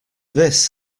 this